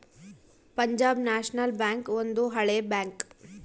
Punjab National Bank ಒಂದು ಹಳೆ bank